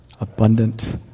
abundant